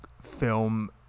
film